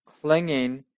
clinging